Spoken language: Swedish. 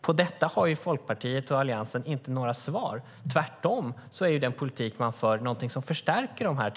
På detta har Folkpartiet och Alliansen inte några svar. Tvärtom är den politik man för något som förstärker de här